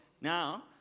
Now